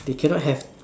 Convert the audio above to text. they cannot have